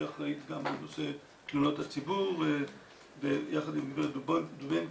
אחראית גם על נושא תלונות הציבור יחד עם גברת דובינקי.